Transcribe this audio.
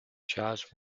jazz